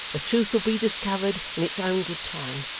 the truth will be discovered in its own good time.